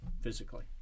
physically